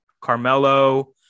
Carmelo